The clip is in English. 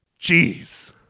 Jeez